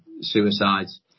suicides